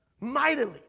mightily